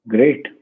Great